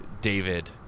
David